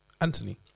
Anthony